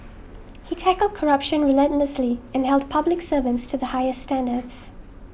he tackled corruption relentlessly and held public servants to the highest standards